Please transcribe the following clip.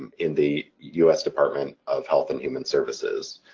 and in the us department of health and human services.